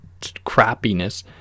crappiness